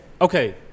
okay